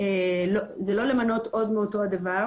זה לא למנות עוד מאותו הדבר,